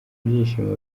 ibyishimo